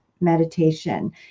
meditation